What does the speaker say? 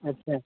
अच्छा